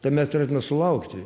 tai mes turėtume sulaukti